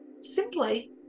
simply